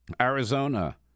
Arizona